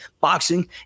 boxing